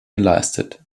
geleistet